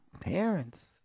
parents